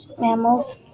mammals